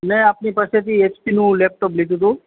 મેં આપણી પાસેથી એચપી નું લેપટોપ લીધું હતું